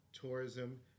tourism